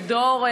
לדור,